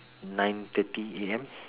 nine thirty A_M